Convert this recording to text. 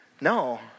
No